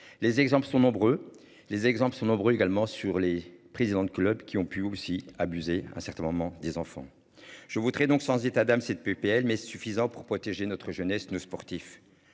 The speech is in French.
Les exemples sont nombreux. Les exemples sont nombreux également sur les présidents de clubs qui ont pu aussi abusé un certain moment des enfants. Je voudrais donc sans état d'âme cette PPL mais suffisant pour protéger notre jeunesse ne sportif.